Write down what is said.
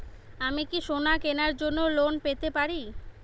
আমি কি সোনা কেনার জন্য লোন পেতে পারি?